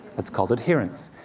that's called adherence.